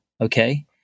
okay